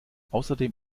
außerdem